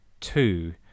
two